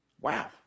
Wow